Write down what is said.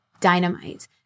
dynamite